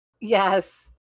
yes